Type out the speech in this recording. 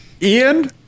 Ian